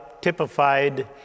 typified